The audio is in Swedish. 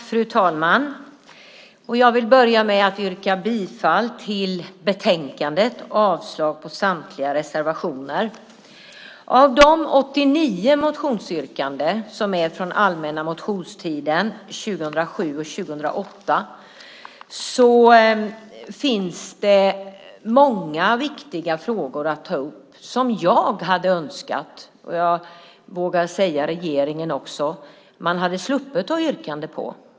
Fru talman! Jag vill börja med att yrka bifall till förslagen i betänkandet och avslag på samtliga reservationer. Av de 89 motionsyrkanden som är från allmänna motionstiden 2007 och 2008 finns det många viktiga frågor som jag hade önskat - och jag vågar säga regeringen också - att man hade sluppit ha yrkanden på.